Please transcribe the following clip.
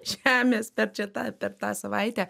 žemės per čia tą per tą savaitę